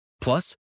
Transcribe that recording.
Plus